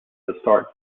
historic